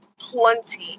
plenty